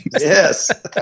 Yes